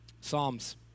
Psalms